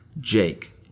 Jake